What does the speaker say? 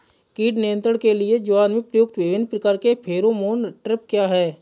कीट नियंत्रण के लिए ज्वार में प्रयुक्त विभिन्न प्रकार के फेरोमोन ट्रैप क्या है?